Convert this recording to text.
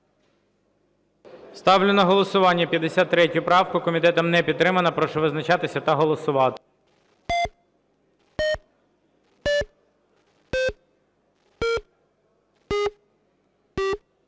Ставлю на голосування 53 правку. Комітетом не підтримана. Прошу визначатися та голосувати.